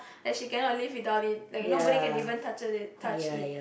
like she cannot live without it like nobody can even touch it touch it